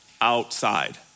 outside